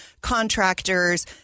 contractors